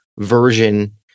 version